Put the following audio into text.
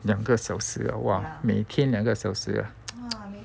两个小时哇每天两个小时